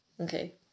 Okay